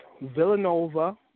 Villanova